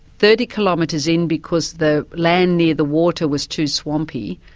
thirty kilometres in because the land near the water was too swampy,